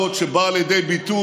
(חבר הכנסת עופר כסיף יוצא